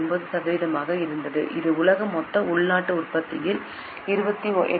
9 சதவிகிதமாக இருந்தது இது உலக மொத்த உள்நாட்டு உற்பத்தியில் 28